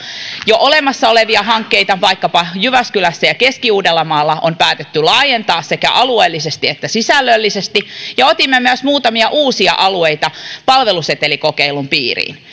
jo olemassa olevia hankkeita vaikkapa jyväskylässä ja keski uudellamaalla on päätetty laajentaa sekä alueellisesti että sisällöllisesti ja otimme myös muutamia uusia alueita palvelusetelikokeilun piiriin